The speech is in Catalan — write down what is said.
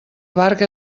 barca